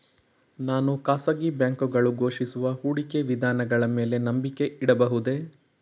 ನಾನು ಖಾಸಗಿ ಬ್ಯಾಂಕುಗಳು ಘೋಷಿಸುವ ಹೂಡಿಕೆ ವಿಧಾನಗಳ ಮೇಲೆ ನಂಬಿಕೆ ಇಡಬಹುದೇ?